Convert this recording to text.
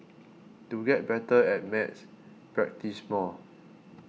to get better at maths practise more